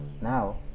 Now